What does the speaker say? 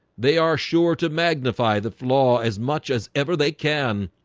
they are sure to magnify the flaw as much as ever they can